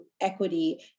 equity